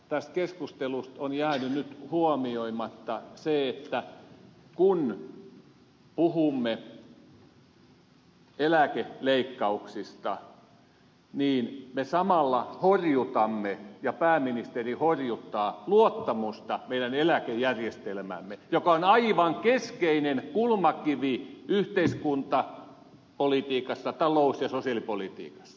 tästä keskustelusta on jäänyt nyt huomioimatta se että kun puhumme eläkeleikkauksista niin me samalla horjutamme ja pääministeri horjuttaa luottamusta meidän eläkejärjestelmäämme joka on aivan keskeinen kulmakivi yhteiskuntapolitiikassa talous ja sosiaalipolitiikassa